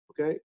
Okay